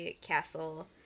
Castle